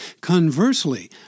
Conversely